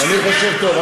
אני חושב טוב.